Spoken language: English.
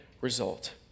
result